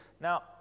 Now